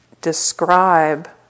describe